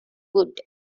winwood